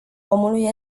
omului